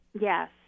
Yes